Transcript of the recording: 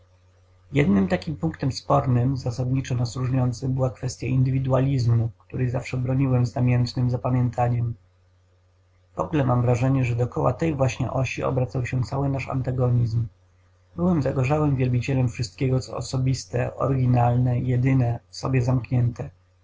jednym takim punktem spornym zasadniczo nas różniącym była kwestya indywidualizmu której zawsze broniłem z namiętnem zapamiętaniem wogóle mam wrażenie że dookoła tej właśnie osi obracał się cały nasz antagonizm byłem zagorzałym wielbicielem wszystkiego co osobiste oryginalne jedyne w sobie zamknięte